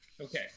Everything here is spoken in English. Okay